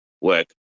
work